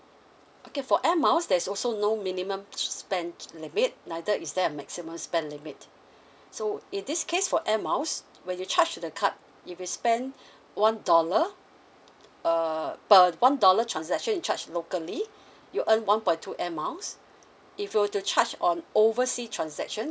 okay for air miles there's also no minimum spend limit neither is there a maximum spend limit so in this case for air miles when you charge to the card if you spend one dollar err per one dollar transaction you charged locally you earn one point two air miles if you were to charge on oversea transaction